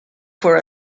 for